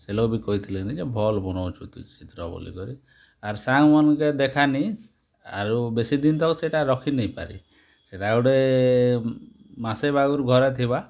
ସେ ଲୋକ୍ ବି କହିଥିଲେ ନି ଯେ ଭଲ୍ ବନଉଛୁଁ ତୁଇ ଚିତ୍ର ବୋଲିକରି ଆର୍ ସାଙ୍ଗ୍ମାନ୍ଙ୍କେ ଦେଖା ନି ଆରୁ ବେଶୀ ଦିନ୍ ତକ୍ ସେଟା ରଖି ନାଇ ପାରି ସେଟା ଗୁଟେ ମାସେ ଆଗ୍ରୁ ଘରେ ଥିବା